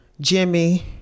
Jimmy